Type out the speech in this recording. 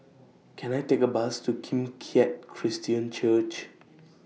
Can I Take A Bus to Kim Keat Christian Church